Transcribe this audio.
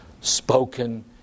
Spoken